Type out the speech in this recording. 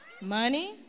money